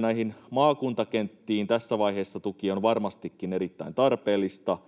näihin maakuntakenttiin, tässä vaiheessa tuki on varmastikin erittäin tarpeellista,